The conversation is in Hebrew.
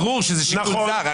ברור שזה שיקול זר.